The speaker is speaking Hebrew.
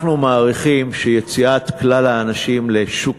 אנחנו מעריכים שיציאת כלל האנשים לשוק